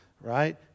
Right